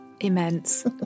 Immense